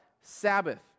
Sabbath